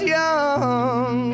young